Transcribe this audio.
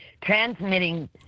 transmitting